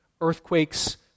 Earthquakes